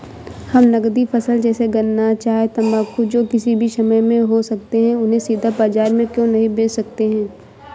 हम नगदी फसल जैसे गन्ना चाय तंबाकू जो किसी भी समय में हो सकते हैं उन्हें सीधा बाजार में क्यो नहीं बेच सकते हैं?